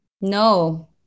No